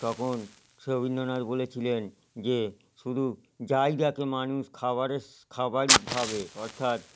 তখন সে রবীন্দ্রনাথ বলেছিলেন যে শুধু যাই দেখে মানুষ খাবারে স খাবারই ভাবে অর্থাৎ